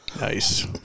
Nice